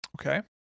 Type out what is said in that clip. Okay